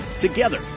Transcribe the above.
Together